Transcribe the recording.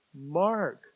Mark